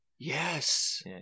Yes